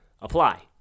apply